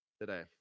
today